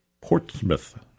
Portsmouth